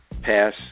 pass